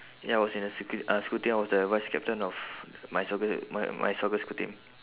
ya I was in a sc~ uh school team I was the vice-captain of my soccer my my soccer school team